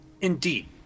Indeed